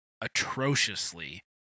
atrociously